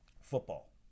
football